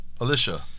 Alicia